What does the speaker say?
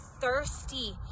thirsty